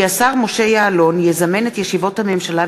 כי השר משה יעלון יזמן את ישיבות הממשלה